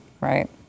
right